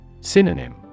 Synonym